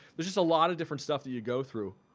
there's just a lot of different stuff that you go through.